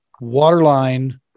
Waterline